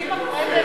ואם אחרי זה,